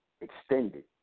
extended